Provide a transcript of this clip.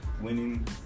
winning